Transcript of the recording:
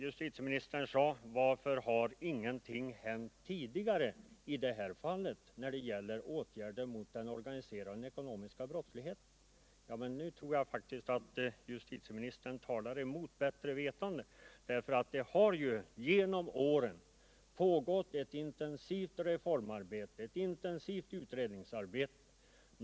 Justitieministern sade: Varför har ingenting hänt tidigare när det gäller åtgärder mot den ekonomiska brottsligheten? Nu tror jag faktiskt att justitieministern talar mot bättre vetande. Det har ju genom åren pågått ett intensivt reformarbete, ett intensivt utredningsarbete.